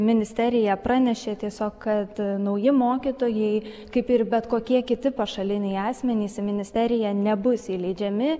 ministerija pranešė tiesiog kad nauji mokytojai kaip ir bet kokie kiti pašaliniai asmenys į ministeriją nebus įleidžiami